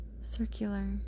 Circular